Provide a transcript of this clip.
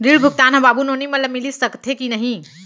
ऋण भुगतान ह बाबू नोनी मन ला मिलिस सकथे की नहीं?